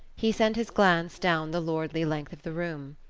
he sent his glance down the lordly length of the room.